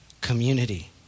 community